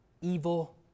evil